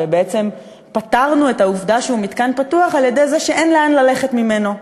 ובעצם פתרנו את העובדה שהוא מתקן פתוח על-ידי זה שאין לאן ללכת ממנו.